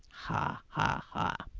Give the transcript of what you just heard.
ha, ha, ha!